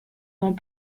dans